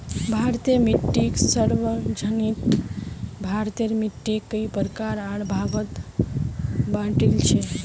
भारतीय मिट्टीक सर्वेक्षणत भारतेर मिट्टिक कई प्रकार आर भागत बांटील छे